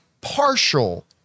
partial